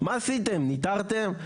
מה עשיתם ניטרתם?